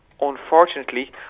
Unfortunately